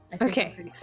Okay